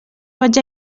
vaig